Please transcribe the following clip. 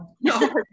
No